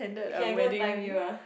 okay I'm gonna time you ah